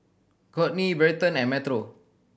Kourtney Bryton and Metro